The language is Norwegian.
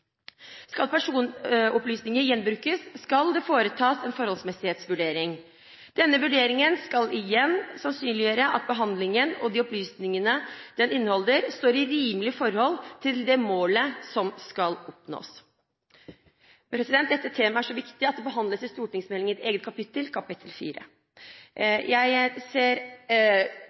Skal personopplysninger gjenbrukes, skal det foretas en forholdsmessighetsvurdering. Denne vurderingen skal igjen sannsynliggjøre at behandlingen og de opplysningene den inneholder, står i rimelig forhold til det målet som skal oppnås. Dette temaet er så viktig at det behandles i stortingsmeldingen i et eget kapittel, kapittel